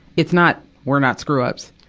it's not, we're not screw-ups.